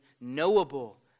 knowable